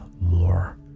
more